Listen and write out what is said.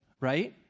right